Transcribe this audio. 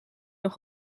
nog